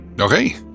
Okay